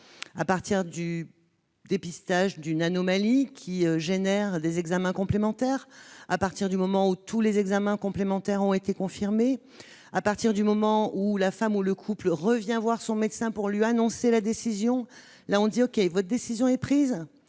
à partir du dépistage d'une anomalie entraînant des examens complémentaires ? À partir du moment où tous les examens complémentaires ont été confirmés ? À partir de celui où la femme, ou le couple, revient voir le médecin pour lui annoncer sa décision ? Et là, on leur dirait :« Votre décision est prise ?